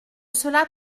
cela